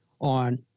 on